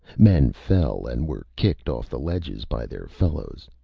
men fell, and were kicked off the ledges by their fellows.